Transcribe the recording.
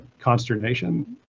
consternation